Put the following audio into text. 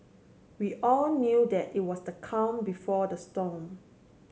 we all knew that it was the calm before the storm